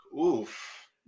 Oof